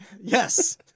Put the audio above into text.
yes